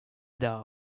dog